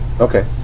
okay